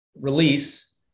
release